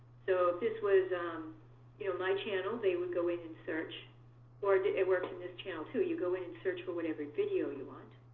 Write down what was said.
so if this was um you know my channel, they would go in and search or it works in this channel too you go in and search for whatever video you want.